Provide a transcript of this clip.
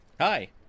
Hi